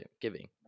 giving